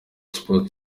sports